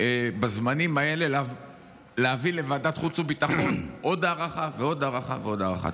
בזמנים האלה להביא לוועדת חוץ וביטחון עוד הארכה ועוד הארכה ועוד הארכה.